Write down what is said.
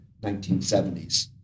1970s